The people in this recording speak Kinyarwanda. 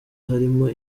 harimo